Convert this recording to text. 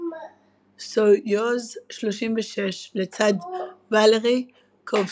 סויוז 36 לצד ואלרי קובסוב.